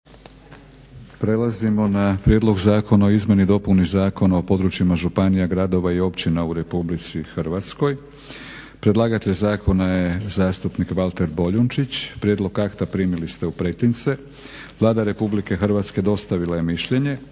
Prelazimo na - Prijedlog zakona o izmjeni i dopuni Zakona o područjima županija, gradova i općina u Republici Hrvatskoj. Predlagatelj zakona je zastupnik Valter Boljunčić. Prijedlog akta primili ste u pretince. Vlada Republike Hrvatske dostavila je mišljenje.